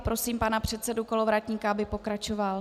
Prosím pana předsedu Kolovratníka, aby pokračoval.